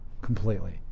Completely